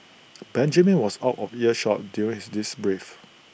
Benjamin was out of earshot during this brief